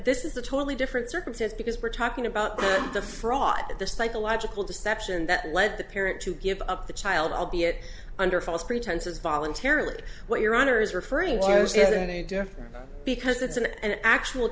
this is a totally different circumstance because we're talking about the fraud that the psychological deception that led the parent to give up the child albeit under false pretenses voluntarily what your honor is referring to a different because it's an actual